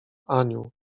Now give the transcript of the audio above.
aniu